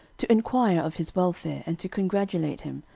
to enquire of his welfare, and to congratulate him,